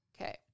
Okay